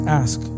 ask